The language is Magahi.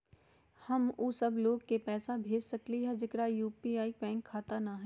हम उ सब लोग के पैसा भेज सकली ह जेकरा पास यू.पी.आई बैंक खाता न हई?